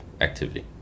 activity